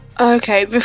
Okay